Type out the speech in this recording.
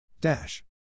Dash